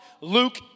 Luke